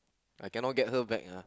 I cannot get her back ah